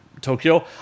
Tokyo